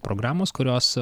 programos kurios